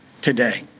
today